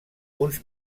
uns